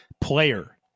player